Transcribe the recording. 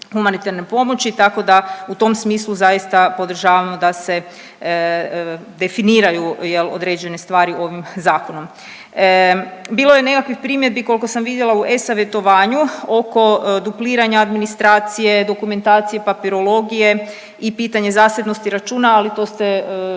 humanitarne pomoći tako da u tom smislu zaista podržavamo da se definiraju jel određene stvari ovim zakonom. Bilo je nekakvih primjedbi koliko sam vidjela u e-savjetovanju oko dupliranja administracije, dokumentacije, papirologije i pitanje zasebnosti računa, ali to ste